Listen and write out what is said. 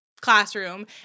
classroom